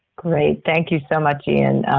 great. thank you so much, ian.